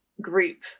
group